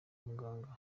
muganga